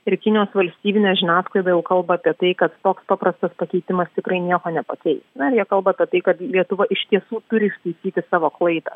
ir kinijos valstybinė žiniasklaida jau kalba apie tai kad toks paprastas pakeitimas tikrai nieko nepakeis na ir jie kalba apie tai kad lietuva iš tiesų turi ištaisyti savo klaidą